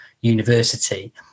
university